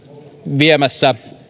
viemässä